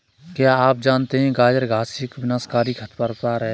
क्या आप जानते है गाजर घास एक विनाशकारी खरपतवार है?